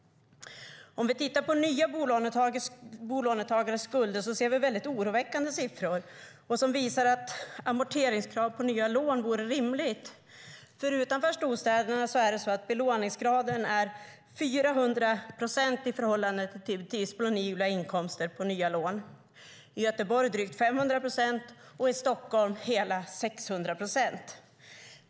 Om vi tittar på nya bolånetagares skulder ser vi väldigt oroväckande siffror, som visar att amorteringskrav på nya lån vore rimligt. Utanför storstäderna är belåningsgraden på nya lån 400 procent i förhållande till disponibla inkomster. I Göteborg är den drygt 500 procent och i Stockholm hela 600 procent.